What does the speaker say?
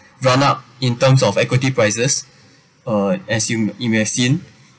run up in terms of equity prices uh as you you have seen